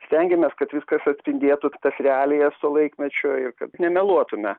stengiamės kad viskas atspindėtų tas realijas to laikmečio ir kad nemeluotume